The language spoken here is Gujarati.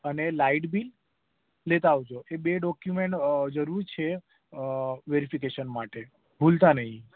અને લાઈટબીલ લેતા આવજો અને બે ડોક્યુમેન્ટ જરૂર છે વેરિફિકેશન માટે ભૂલતા નહીં